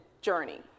journey